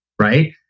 right